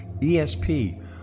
ESP